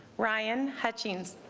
ryan hutchins